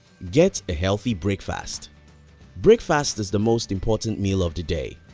get a healthy breakfast breakfast is the most important meal of the day.